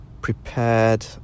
prepared